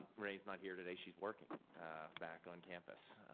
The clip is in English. renae's not here today. she's working back on campus.